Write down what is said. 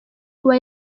kuba